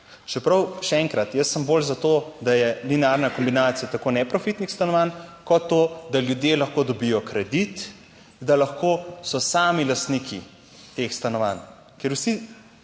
čeprav še enkrat, jaz sem bolj za to, da je linearna kombinacija tako neprofitnih stanovanj kot to, da ljudje lahko dobijo kredit, da lahko so sami lastniki teh stanovanj, ker vsi